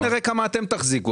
בואו נראה כמה אתם תחזיקו.